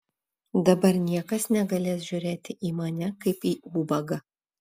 dabar niekas negalės žiūrėti į mane kaip į ubagą